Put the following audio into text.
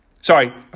Sorry